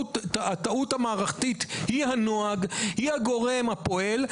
שהטעות המערכתית היא הנוהג, היא הגורם הפועל,